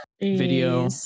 video